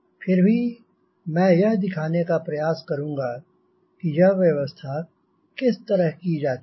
फिर भी मैं यह दिखाने का प्रयास करूंँगा कि यह व्यवस्था है किस तरह की जाती है